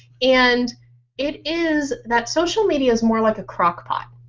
and it is that social media is more like a crock pot.